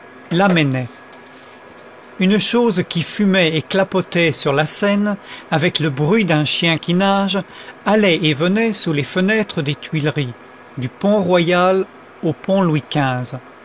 lamennais une chose qui fumait et clapotait sur la seine avec le bruit d'un chien qui nage allait et venait sous les fenêtres des tuileries du pont royal au pont louis